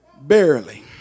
barely